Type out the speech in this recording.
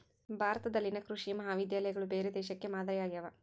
ಭಾರತದಲ್ಲಿನ ಕೃಷಿ ಮಹಾವಿದ್ಯಾಲಯಗಳು ಬೇರೆ ದೇಶಕ್ಕೆ ಮಾದರಿ ಆಗ್ಯಾವ